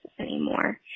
anymore